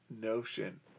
notion